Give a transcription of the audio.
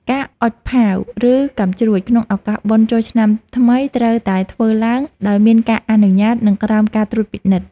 ការអុជផាវ ឬកាំជ្រួចក្នុងឱកាសបុណ្យចូលឆ្នាំថ្មីត្រូវតែធ្វើឡើងដោយមានការអនុញ្ញាត និងក្រោមការត្រួតពិនិត្យ។